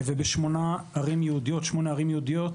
ובשמונה ערים יהודיות,